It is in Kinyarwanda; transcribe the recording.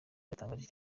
iratangaje